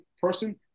person